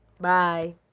Bye